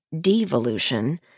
devolution